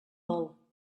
vol